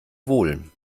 wohl